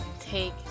take